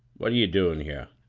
what ye doin' here?